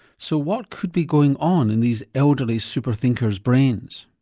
so what could be going on in these elderly superthinkers' brains?